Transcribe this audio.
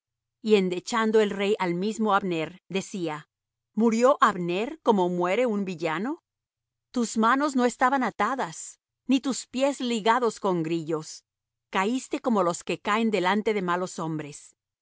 y endechando el rey al mismo abner decía murío abner como muere un villano tus manos no estaban atadas ni tus pies ligados con grillos caíste como los que caen delante de malos hombres